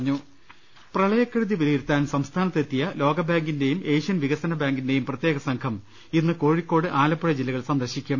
ലലലലലലലലലലലലല പ്രളയക്കെടുതി വിലയിരുത്താൻ സ്റ്സ്ഥാനത്തെ ത്തിയ ലോകബാങ്കിന്റെയും ഏഷ്യൻ വികസനബാങ്കി ന്റെയും പ്രത്യേകസംഘം ഇന്ന് കോഴിക്കോട് ആലപ്പുഴ ജില്ലകൾ സന്ദർശിക്കും